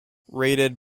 rated